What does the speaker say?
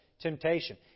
temptation